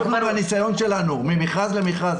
אנחנו מהניסיון שלנו ממכרז למכרז,